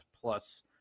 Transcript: plus